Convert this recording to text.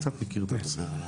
קצת מכיר את הנושא.